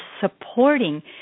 supporting